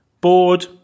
bored